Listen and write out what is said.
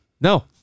No